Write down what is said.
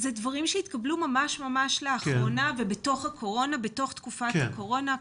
אלו דברים שהתקבלו ממש ממש לאחרונה ובתוך תקופת הקורונה.